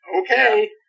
Okay